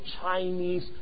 Chinese